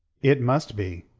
it must be.